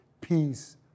Peace